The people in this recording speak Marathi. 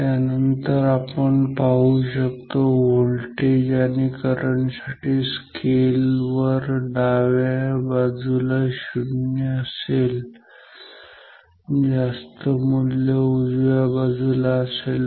त्यानंतर आपण पाहू शकतो व्होल्टेज आणि करंट साठी स्केल वर डाव्या बाजूला 0 असेल आणि जास्त मूल्य उजव्या बाजूला असेल